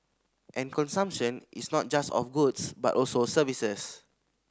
and consumption is not just of goods but also of services